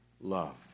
love